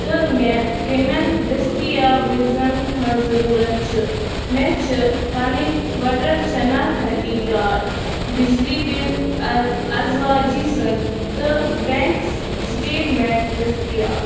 تہٕ مےٚ کٔمَن دستیاویٖزَن ہٕنٛز ضروٗرَتھ چھِ مےٚ چھِ پَنٕنۍ وَٹَر شناختی کارڈ بجلی بِل آز ازواجی سند تہٕ بیٚنٛک سِٹیٹمیٚنٹ دٔستیاب